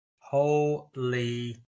Holy